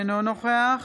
אינו נוכח